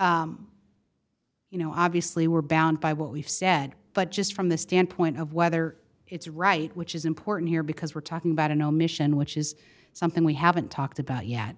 you know obviously we're bound by what we've said but just from the standpoint of whether it's right which is important here because we're talking about an omission which is something we haven't talked about yet